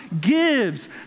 gives